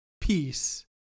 peace